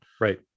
right